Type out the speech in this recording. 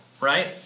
right